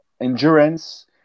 endurance